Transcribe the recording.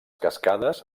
cascades